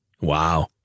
Wow